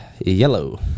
yellow